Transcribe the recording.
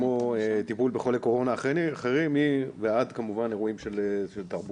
כמו טיפול בחולי קורונה אחרים ועד כמובן אירועים של תרבות.